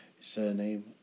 surname